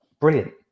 brilliant